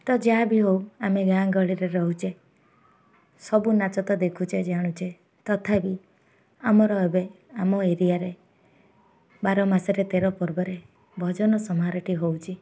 ତ ଯାହା ବିି ହଉ ଆମେ ଗାଁ ଗହଳିରେ ରହୁଛେ ସବୁ ନାଚ ତ ଦେଖୁଛେ ଜାଣୁଛେ ତଥାପି ଆମର ଏବେ ଆମ ଏରିଆରେ ବାର ମାସରେ ତେର ପର୍ବରେ ଭଜନ ସମାରୋହଟି ହେଉଛି